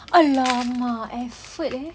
!alamak! effort eh